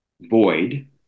void